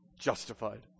justified